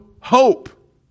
hope